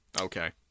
Okay